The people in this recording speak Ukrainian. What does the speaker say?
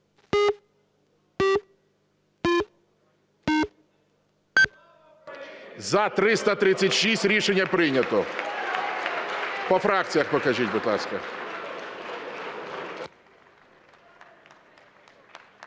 За-336 Рішення прийнято. По фракціях покажіть, будь ласка.